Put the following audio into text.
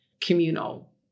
communal